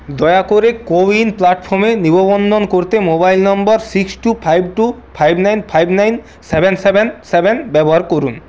দয়া করে কো উইন প্ল্যাটফর্মে নিববন্ধন করতে mobile number six two five two five nine five nine seven seven ব্যবহার করুন